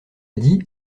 dit